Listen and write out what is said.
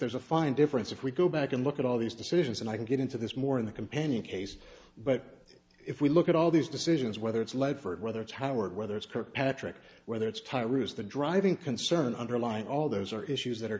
there's a fine difference if we go back and look at all these decisions and i can get into this more in the companion case but if we look at all these decisions whether it's ledford whether it's howard whether it's kirkpatrick whether it's tyra's the driving concern underlying all those are issues that are